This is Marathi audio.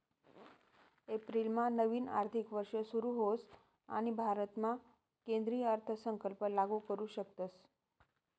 एप्रिलमा नवीन आर्थिक वर्ष सुरू होस आणि भारतामा केंद्रीय अर्थसंकल्प लागू करू शकतस